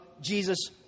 Jesus